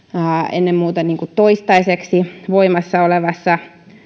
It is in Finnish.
ennen muuta toistaiseksi voimassa olevassa